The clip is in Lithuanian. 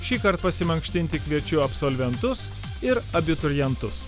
šįkart pasimankštinti kviečiu absolventus ir abiturientus